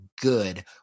good